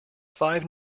five